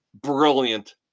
brilliant